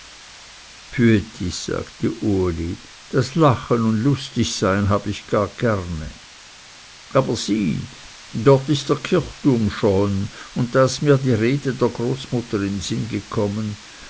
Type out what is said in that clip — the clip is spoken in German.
bhüetis sagte uli das lachen und lustigsein habe ich gar gerne aber sieh dort ist der kirchturm schon und da ist mir die rede der großmutter in sinn gekommen